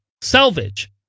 salvage